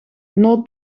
nood